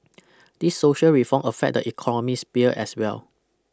these social reform affect the economy sphere as well